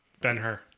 Ben-Hur